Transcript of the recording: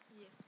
Yes